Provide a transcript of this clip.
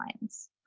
lines